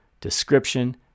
description